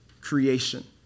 creation